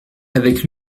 avec